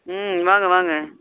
ம் வாங்க வாங்க